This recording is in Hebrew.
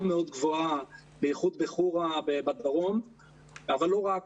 מאוד גבוהה בייחוד בחורה בדרום אבל לא רק,